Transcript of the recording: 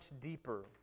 deeper